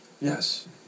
Yes